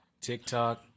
TikTok